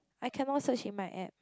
I cannot search in my app